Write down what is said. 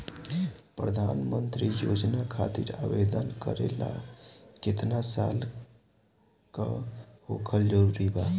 प्रधानमंत्री योजना खातिर आवेदन करे ला केतना साल क होखल जरूरी बा?